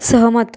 सहमत